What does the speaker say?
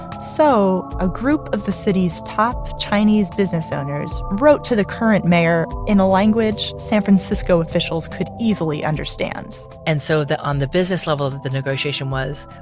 so a group of the city's top chinese business owners wrote to the current mayor in a language san francisco officials could easily understand and so, on the business level of the negotiation was,